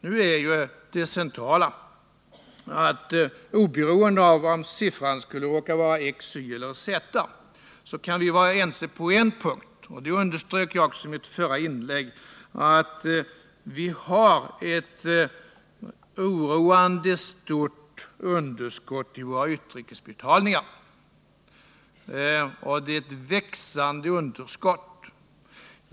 Nu är ju det centrala att oberoende av om siffran skulle råka vara x,y eller z, så kan vi vara ense på en punkt, vilket jag också underströk i mitt förra inlägg: Vi har ett oroande stort underskott i våra utrikesbetalningar. Det är ett växande underskott.